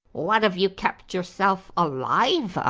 what have you kept yourself alive